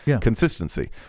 Consistency